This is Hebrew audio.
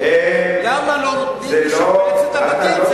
למה לא נותנים לשפץ את הבתים?